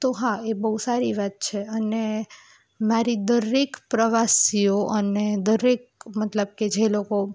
તો હા એ બહુ સારી વાત છે અને મારી દરેક પ્રવાસીઓ અને દરેક મતલબ કે જે લોકો